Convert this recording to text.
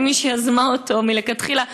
כמי שיזמה אותו מלכתחילה,